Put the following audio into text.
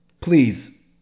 please